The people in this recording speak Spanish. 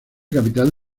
capital